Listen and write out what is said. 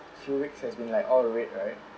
few weeks has been like all the red right